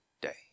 day